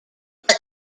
but